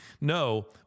No